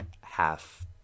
half-